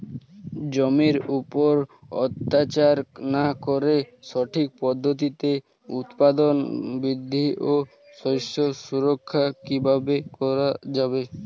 জমির উপর অত্যাচার না করে সঠিক পদ্ধতিতে উৎপাদন বৃদ্ধি ও শস্য সুরক্ষা কীভাবে করা যাবে?